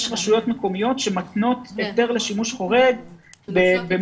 יש רשויות מקומיות שמתנות היתר לשימוש חורג במשהו